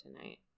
tonight